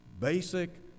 Basic